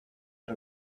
but